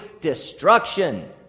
destruction